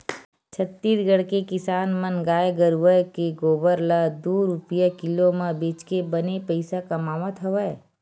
छत्तीसगढ़ के किसान मन गाय गरूवय के गोबर ल दू रूपिया किलो म बेचके बने पइसा कमावत हवय